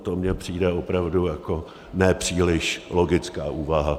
A to mně přijde opravdu jako nepříliš logická úvaha.